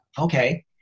Okay